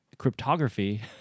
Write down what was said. Cryptography